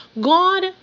God